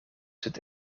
zit